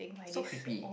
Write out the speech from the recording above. so creepy